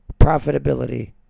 Profitability